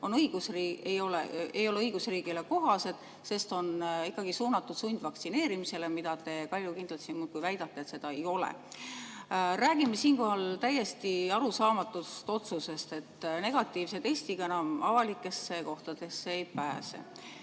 ole ratsionaalsed, ei ole õigusriigile kohased, sest on ikkagi suunatud sundvaktsineerimisele, mille kohta te kaljukindlalt siin muudkui väidate, et seda ei ole. Räägime siinkohal täiesti arusaamatust otsusest, et negatiivse testiga enam avalikesse kohtadesse ei pääse.